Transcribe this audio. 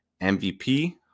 MVP